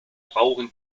brauchen